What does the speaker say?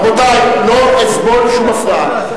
רבותי, לא אסבול שום הפרעה.